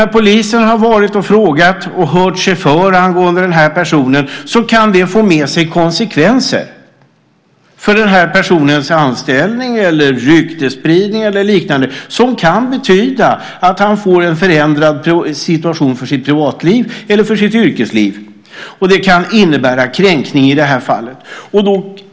När polisen har frågat och hört sig för angående en person kan det få konsekvenser för denna persons anställning, med ryktesspridning eller liknande, och det kan betyda att han får en förändrad situation i sitt privatliv eller i sitt yrkesliv. Det kan innebära en kränkning.